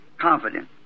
confident